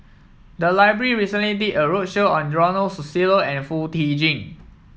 the library recently did a roadshow on Ronald Susilo and Foo Tee Jun